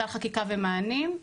סל חקיקה ומענים,